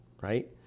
right